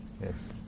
Yes